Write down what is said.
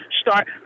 start